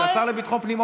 השר לביטחון פנים,